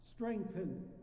Strengthen